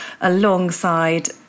alongside